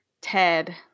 Ted